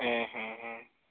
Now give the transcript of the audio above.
ᱦᱮᱸ ᱦᱮᱸ